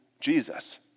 Jesus